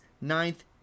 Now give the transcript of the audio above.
ninth